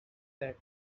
that